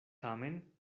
tamen